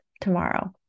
tomorrow